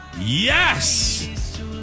Yes